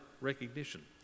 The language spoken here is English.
recognition